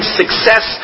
success